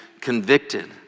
convicted